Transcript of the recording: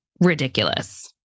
ridiculous